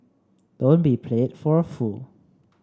don't be played for a fool